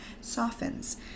softens